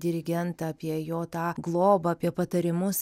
dirigentą apie jo tą globą apie patarimus